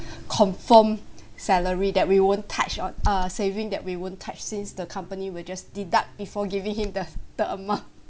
confirm salary that we won't touch on a saving that we won't touch since the company will just deduct before giving him the the amount